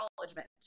acknowledgement